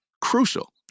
Crucial